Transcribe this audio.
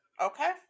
Okay